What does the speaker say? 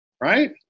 right